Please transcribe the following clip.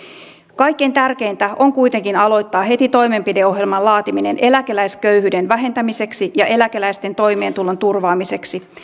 kaikkein tärkeintä on kuitenkin aloittaa heti toimenpideohjelman laatiminen eläkeläisköyhyyden vähentämiseksi ja eläkeläisten toimeentulon turvaamiseksi